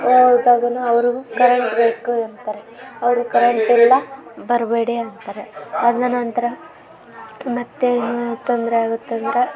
ಹೋದಾಗನೂ ಅವ್ರಿಗೂ ಕರೆಂಟ್ ಬೇಕು ಅಂತಾರೆ ಅವರು ಕರೆಂಟಿಲ್ಲ ಬರಬೇಡಿ ಅಂತಾರೆ ಅದ್ರ ನಂತರ ಮತ್ತೇನು ತೊಂದರೆ ಆಗುತ್ತೆ ಅಂದರೆ